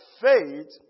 faith